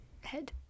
head